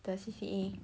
the C_C_A